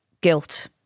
guilt